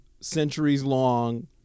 centuries-long